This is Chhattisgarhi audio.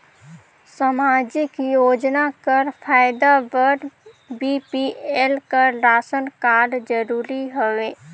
समाजिक योजना कर फायदा बर बी.पी.एल कर राशन कारड जरूरी हवे?